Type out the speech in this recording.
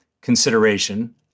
consideration